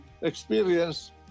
experience